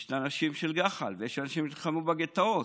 יש אנשים של גח"ל ויש אנשים שלחמו בגטאות.